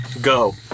Go